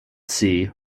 sea